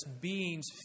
beings